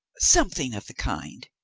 something of the kind,